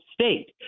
state